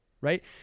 right